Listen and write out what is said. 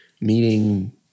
meeting